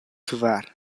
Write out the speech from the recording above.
kvar